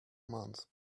months